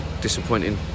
disappointing